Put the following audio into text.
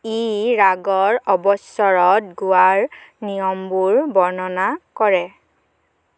ই ৰাগৰ অৱস্বৰত গোৱাৰ নিয়মবোৰ বৰ্ণনা কৰে